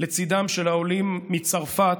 לצידם של העולים מצרפת,